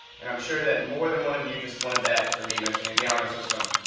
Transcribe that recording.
and i'm sure that more than one of you just won a bet for me mentioning the honor system.